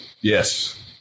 Yes